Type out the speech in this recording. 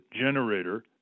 generator